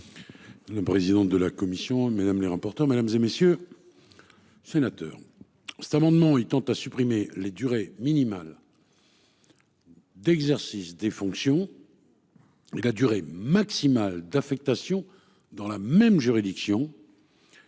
Le président de la commission mesdames les rapporteurs mesdames et messieurs. Sénateur cet amendement il tend à supprimer les durées minimales. D'exercice des fonctions. La durée maximale d'affectation dans la même juridiction.